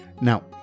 Now